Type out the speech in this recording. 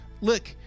Look